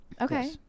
Okay